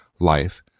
life